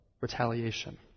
retaliation